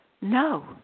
no